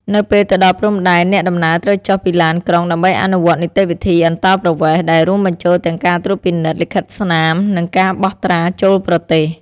នៅពេលទៅដល់ព្រំដែន អ្នកដំណើរត្រូវចុះពីឡានក្រុងដើម្បីអនុវត្តនីតិវិធីអន្តោប្រវេសន៍ ដែលរួមបញ្ចូលទាំងការត្រួតពិនិត្យលិខិតស្នាមនិងការបោះត្រាចូលប្រទេស។